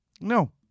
No